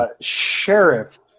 Sheriff